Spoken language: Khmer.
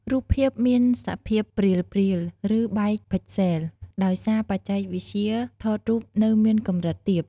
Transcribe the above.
រូបភាពមានសភាពព្រាលៗ ឬបែកផិចសេល ដោយសារបច្ចេកវិទ្យាថតរូបនៅមានកម្រិតទាប។